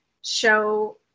show